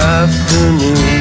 afternoon